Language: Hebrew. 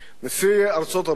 נשיא ארצות-הברית,